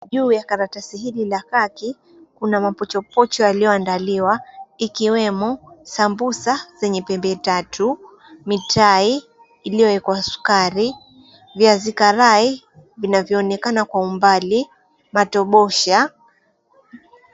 Juu ya karatasi hili la khaki kuna mapochopocho yaliyoandaliwa ikiwemo sambusa zenye pembetatu, mitai iliyowekwa sukari, viazi karai vinavyoonekana kwa umbali, matobosha.